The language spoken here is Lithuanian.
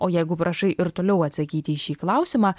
o jeigu prašai ir toliau atsakyti į šį klausimą